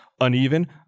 uneven